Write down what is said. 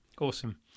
Awesome